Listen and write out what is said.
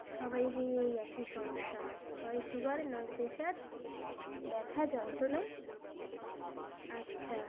সবাইয়েরই ওই একই সমস্যা হয় সুগার নয় প্রেশার ব্যথা যন্ত্রণা আচ্ছা